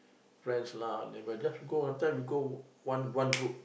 friends lah neighbour just go one time you go one one group